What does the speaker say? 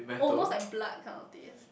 almost like blood kind of taste